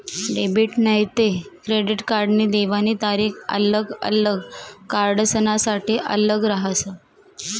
debit नैते credit कार्डनी देवानी तारीख आल्लग आल्लग कार्डसनासाठे आल्लग रहास